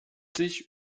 sich